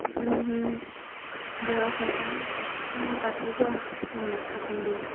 বয়স হৈছে অঁ পাতি লোৱা তেওঁলোক থাকোঁতে